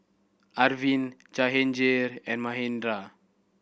Arvind Jehangirr and Manindra